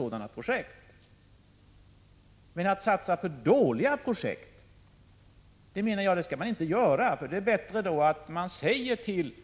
Men jag menar att man inte skall satsa på dåliga projekt. Då är det bättre att till